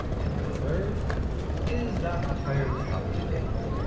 and the third is not entirely up to date.